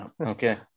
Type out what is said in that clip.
Okay